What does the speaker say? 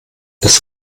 das